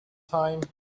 time